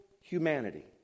humanity